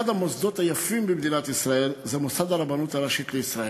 אחד המוסדות היפים במדינת ישראל זה מוסד הרבנות הראשית לישראל.